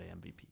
MVP